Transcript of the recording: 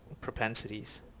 propensities